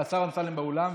השר אמסלם באולם,